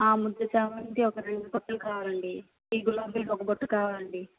ముద్ద చామంతి ఒక రెండు బుట్టలు కావాలండీ ఈ గులాబీలు ఒక బుట్ట కావాలి